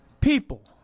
People